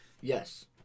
Yes